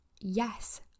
yes